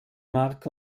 mark